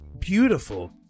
beautiful